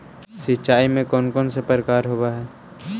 सिंचाई के कौन कौन से प्रकार होब्है?